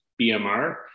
BMR